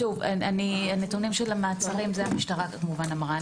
הנתונים של המעצרים קיבלתי כמובן מהמשטרה,